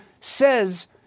says